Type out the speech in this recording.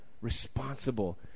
responsible